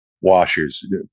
washers